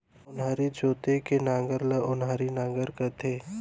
ओन्हारी जोते के नांगर ल ओन्हारी नांगर कथें